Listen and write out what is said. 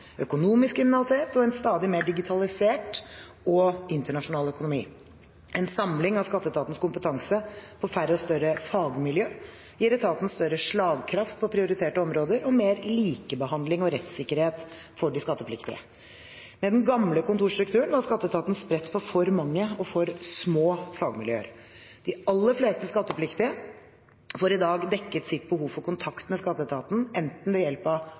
økonomisk kriminalitet og en stadig mer digitalisert og internasjonal økonomi. En samling av skatteetatens kompetanse på færre og større fagmiljø gir etaten større slagkraft på prioriterte områder og mer likebehandling og rettssikkerhet for de skattepliktige. Med den gamle kontorstrukturen var skatteetaten spredt på for mange og for små fagmiljø. De aller fleste skattepliktige får i dag dekket sitt behov for kontakt med skatteetaten enten ved hjelp av